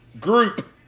group